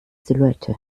silhouette